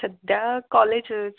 सध्या कॉलेजच